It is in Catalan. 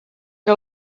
que